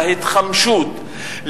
להתחמשות,